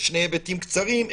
אחד